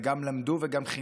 וגם למדו וגם חינכו.